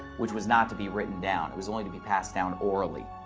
which was not to be written down. it was only to be passed down orally.